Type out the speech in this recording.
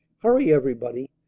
hurry everybody!